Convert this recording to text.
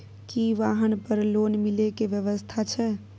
की वाहन पर लोन मिले के व्यवस्था छै?